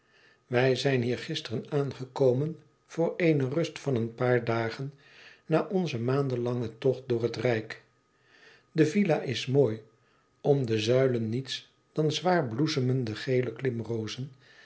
wij zijn hier gisteren aangekomen voor eene rust van een paar dagen na onzen maandenlangen tocht door het rijk de villa is mooi om de zuilen niets dan zwaar bloesemende gele klimrozen